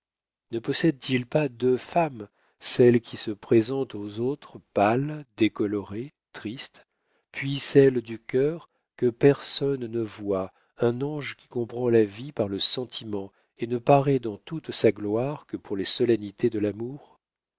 ne possède t il pas deux femmes celle qui se présente aux autres pâle décolorée triste puis celle du cœur que personne ne voit un ange qui comprend la vie par le sentiment et ne paraît dans toute sa gloire que pour les solennités de l'amour